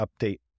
update